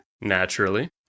Naturally